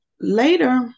later